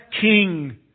King